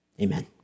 Amen